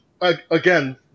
again